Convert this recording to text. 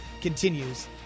continues